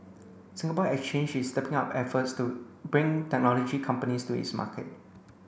Singapore Exchange is stepping up efforts to bring technology companies to its market